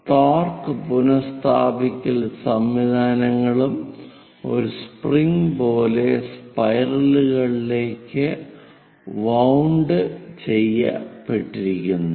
torque പുനസ്ഥാപിക്കൽ സംവിധാനങ്ങളും ഒരു സ്പ്രിംഗ് പോലെ സ്പൈറലുകളിലേക്ക് വൌണ്ട് ചെയ്യ പെട്ടിരിക്കുന്നു